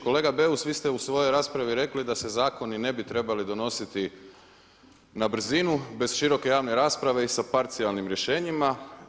Kolega Beus vi ste u svojoj raspravi rekli da se zakoni ne bi trebali donositi na brzinu bez široke javne rasprave i sa parcijalnim rješenjima.